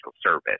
service